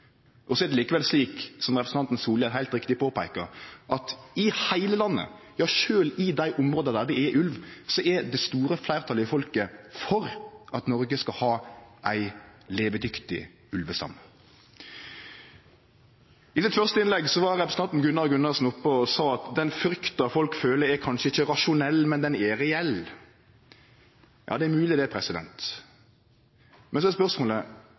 Likevel er det slik, som representanten Solhjell heilt riktig påpeiker, at i heile landet, sjølv i dei områda der det er ulv, er det store fleirtalet i folket for at Noreg skal ha ei levedyktig ulvestamme. I det første innlegget var representanten Gunnar Gundersen oppe og sa at den frykta som folk føler, kanskje ikkje er rasjonell, men ho er reell. Ja, det er mogleg det. Men så er spørsmålet